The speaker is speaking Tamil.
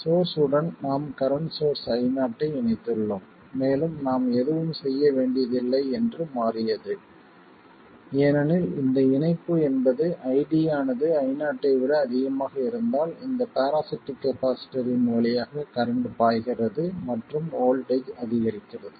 சோர்ஸ் உடன் நாம் கரண்ட் சோர்ஸ் Io ஐ இணைத்துள்ளோம் மேலும் நாம் எதுவும் செய்ய வேண்டியதில்லை என்று மாறியது ஏனெனில் இந்த இணைப்பு என்பது ID ஆனது Io ஐ விட அதிகமாக இருந்தால் இந்த பேராசிட்டிக் கப்பாசிட்டர்ரின் வழியாக கரண்ட் பாய்கிறது மற்றும் வோல்ட்டேஜ் அதிகரிக்கிறது